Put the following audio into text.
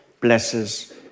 blesses